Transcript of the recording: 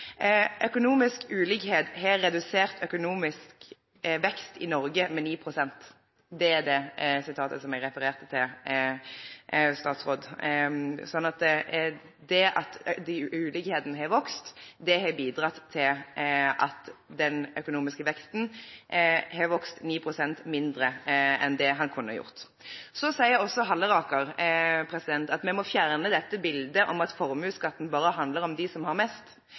ulikhet har redusert økonomisk vekst i Norge med 9 pst.» Det er det sitatet som jeg refererte til. Det at ulikhetene har vokst, har bidratt til at den økonomiske veksten har vokst 9 pst. mindre enn det den kunne ha gjort. Så sier Halleraker at vi må fjerne dette bildet om at formuesskatten bare handler om dem som har mest.